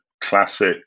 classic